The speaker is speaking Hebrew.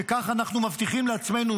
כשכך אנחנו מבטיחים לעצמנו,